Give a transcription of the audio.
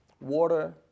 water